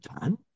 done